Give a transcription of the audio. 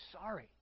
sorry